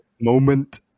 moment